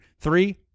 Three